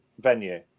venue